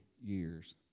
years